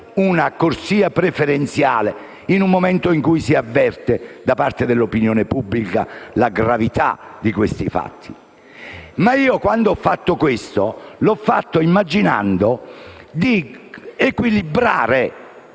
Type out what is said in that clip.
una corsia preferenziale in un momento in cui si avverte, da parte dell'opinione pubblica, la gravità di questi fatti? Tuttavia ho fatto questo immaginando di equilibrare